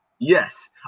Yes